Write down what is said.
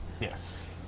Yes